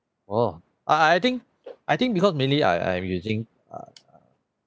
orh I I I think I think because mainly I I'm using uh